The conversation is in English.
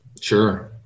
sure